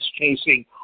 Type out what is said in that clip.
chasing